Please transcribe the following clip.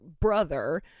brother